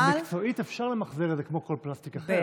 אז מקצועית אפשר למחזר את זה כמו כל פלסטיק אחר?